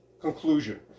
conclusion